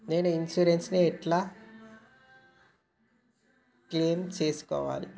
నా ఇన్సూరెన్స్ ని ఎట్ల క్లెయిమ్ చేస్కోవాలి?